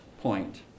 point